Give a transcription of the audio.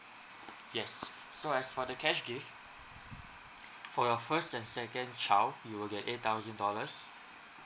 yes so as for the cash gift for your first and second child you will get eight thousand dollars